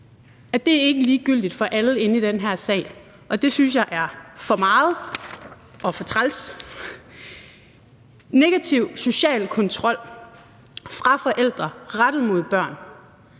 at det ikke er ligegyldigt for alle herinde i den her sal, og det synes jeg er for meget og for træls. Negativ social kontrol fra forældre rettet mod børn,